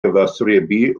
gyfathrebu